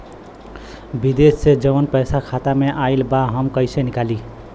विदेश से जवन पैसा खाता में आईल बा हम कईसे निकाली?